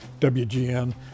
WGN